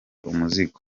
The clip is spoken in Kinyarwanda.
umuzigo